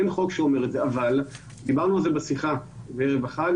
אין חוק שאומר את זה אבל - דיברנו על זה בשיחה בערב החג